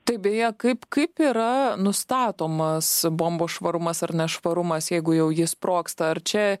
taip beje kaip kaip yra nustatomas bombos švarumas ar nešvarumas jeigu jau ji sprogsta ar čia